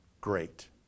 great